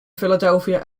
philadelphia